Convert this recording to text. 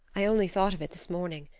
i only thought of it this morning.